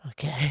Okay